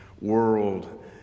world